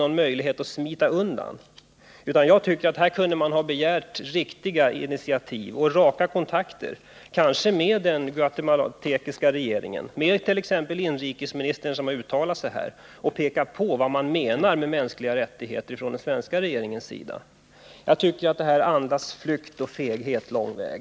Här kunde man haft rätt att vänta sig att regeringen hade tagit verkliga initiativ och raka kontakter, kanske med den guatemalanska regeringen, t.ex. med inrikesministern, och pekat på vad den svenska regeringen menar med mänskliga rättigheter. Jag tycker att svaret andas flykt och feghet lång väg.